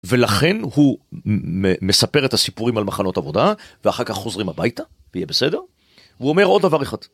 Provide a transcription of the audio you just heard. ולכן הוא מספר את הסיפורים על מחנות עבודה, ואחר כך חוזרים הביתה, ויהיה בסדר. הוא אומר עוד דבר אחד.